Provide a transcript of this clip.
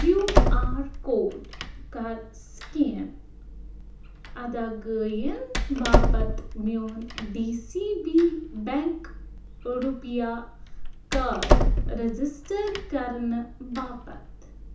Q R code کَر scan اداگٲیِن باپتھ میون D C B bank RuPay card register کرنہٕ باپتھ